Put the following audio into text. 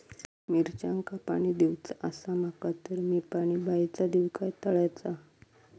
मिरचांका पाणी दिवचा आसा माका तर मी पाणी बायचा दिव काय तळ्याचा?